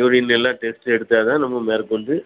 urine எல்லாம் test எடுத்தால்தான் நம்ம மேற்கொண்டு